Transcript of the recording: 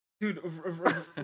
Dude